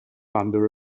under